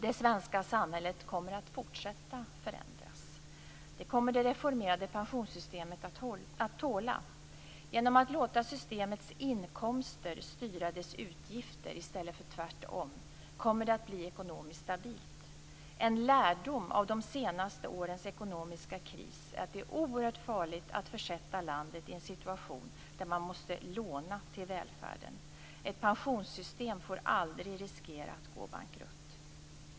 Det svenska samhället kommer att fortsätta förändras. Det kommer det reformerade pensionssystemet att tåla. Genom att låta systemets inkomster styra dess utgifter i stället för tvärtom kommer det att bli ekonomiskt stabilt. En lärdom av de senaste årens ekonomiska kris är att det är oerhört farligt att försätta landet i en situation där man måste låna till välfärden. Ett pensionssystem får aldrig riskera att gå bankrutt.